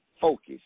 focus